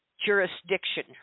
jurisdiction